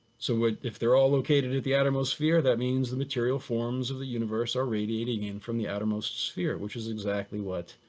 so if they're all located at the outermost sphere, that means the material forms of the universe are radiating in from the outermost sphere, which is exactly what